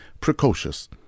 Precocious